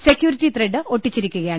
security thread ഒട്ടിച്ചിരിക്കുകയാണ്